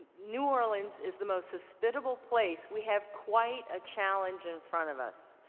new orleans is the most hospitable place. we have quite a challenge in front of us.